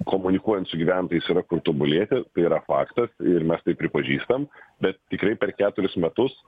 komunikuojant su gyventojais yra kur tobulėti tai yra faktas ir mes tai pripažįstam bet tikrai per keturis metus